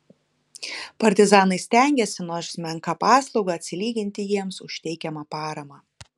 partizanai stengėsi nors menka paslauga atsilyginti už jiems teikiamą paramą